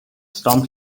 storm